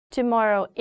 Tomorrow